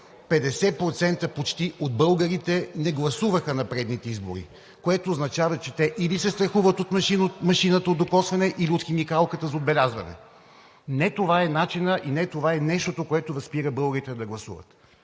почти от българите не гласуваха на предните избори, което означава, че те или се страхуват от машинното докосване или от химикалката за отбелязване. Не това е начинът и не това е нещото, което да спира българите да гласуват.